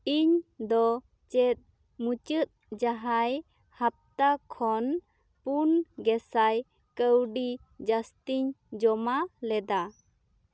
ᱤᱧ ᱫᱚ ᱪᱮᱫ ᱢᱩᱪᱟᱹᱫ ᱡᱟᱦᱟᱸᱭ ᱦᱟᱯᱛᱟ ᱠᱷᱚᱱ ᱯᱩᱱ ᱜᱮᱥᱟᱭ ᱠᱟ ᱣᱰᱤ ᱡᱟ ᱥᱛᱤᱧ ᱡᱚᱢᱟ ᱞᱮᱫᱟ